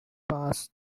past